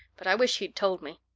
but i wish he'd told me.